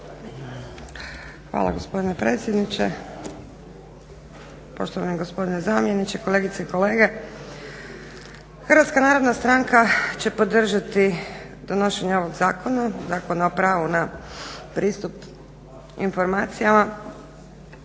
Hvala gospodine predsjedniče, poštovani gospodine zamjeniče, kolegice i kolege. Hrvatska narodna stranka će podržati donošenje ovog Zakona o pravu na pristup informacijama.